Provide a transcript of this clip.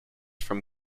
from